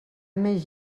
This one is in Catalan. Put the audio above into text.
més